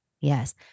Yes